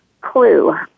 clue